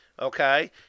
Okay